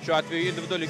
šiuo atveju individuali